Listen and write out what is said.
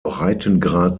breitengrad